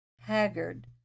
haggard